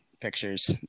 pictures